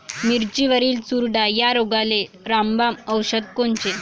मिरचीवरील चुरडा या रोगाले रामबाण औषध कोनचे?